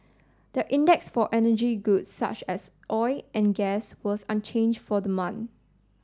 the index for energy goods such as oil and gas was unchanged for the month